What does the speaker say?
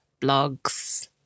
blogs